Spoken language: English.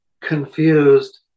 confused